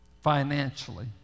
financially